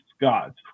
gods